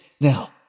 now